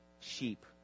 sheep